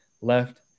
left